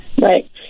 Right